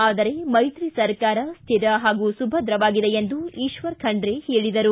ಆದರೆ ಮೈತ್ರಿ ಸರ್ಕಾರ ಸ್ಥಿರ ಹಾಗೂ ಸುಭದ್ರವಾಗಿದೆ ಎಂದು ಈಶ್ವರ ಖಂಡ್ರೆ ಹೇಳಿದರು